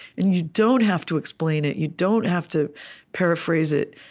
and you don't have to explain it. you don't have to paraphrase it.